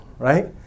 Right